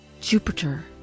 Jupiter